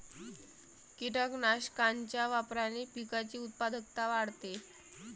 कीटकनाशकांच्या वापराने पिकाची उत्पादकता वाढते